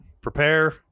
Prepare